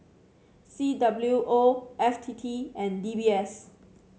C W O F T T and D B S